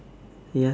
ya